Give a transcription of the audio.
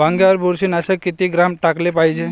वांग्यावर बुरशी नाशक किती ग्राम टाकाले पायजे?